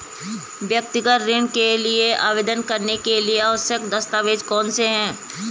व्यक्तिगत ऋण के लिए आवेदन करने के लिए आवश्यक दस्तावेज़ कौनसे हैं?